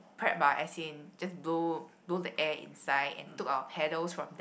prep ah as in just blow blow the air inside and took our paddles from there